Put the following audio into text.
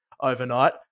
overnight